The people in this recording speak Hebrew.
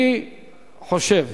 אני חושב